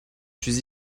suis